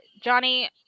Johnny